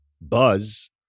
buzz